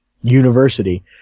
university